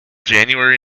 january